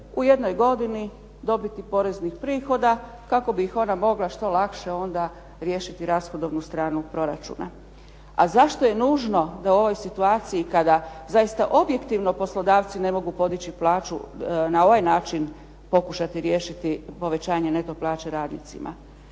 u jednoj godini dobiti poreznih prihoda kako bi ih ona mogla što lakše onda riješiti rashodovnu stranu proračuna. A zašto je nužno da u ovoj situaciji kada zaista objektivno poslodavci ne mogu podići plaću na ovaj način pokušati riješiti povećanje neto plaće radnicima?